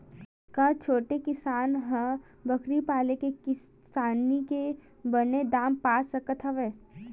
का छोटे किसान ह बकरी पाल के किसानी के बने दाम पा सकत हवय?